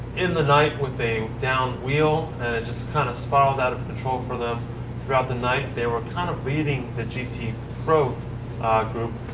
in the night with a down wheel and it just kind of spiraled out of control for them throughout the night. they were kind of leading the gt pro group.